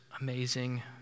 amazing